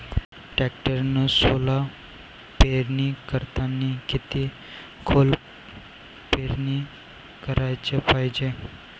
टॅक्टरनं सोला पेरनी करतांनी किती खोल पेरनी कराच पायजे?